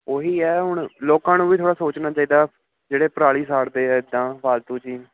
ਉਹ ਹੀ ਹੈ ਹੁਣ ਲੋਕਾਂ ਨੂੰ ਵੀ ਥੋੜ੍ਹਾ ਸੋਚਣਾ ਚਾਹੀਦਾ ਜਿਹੜੇ ਪਰਾਲੀ ਸਾੜਦੇ ਹੈ ਇੱਦਾਂ ਫਾਲਤੂ ਜੀ